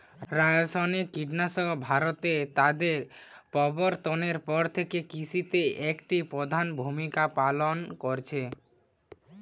রাসায়নিক কীটনাশক ভারতে তাদের প্রবর্তনের পর থেকে কৃষিতে একটি প্রধান ভূমিকা পালন করেছে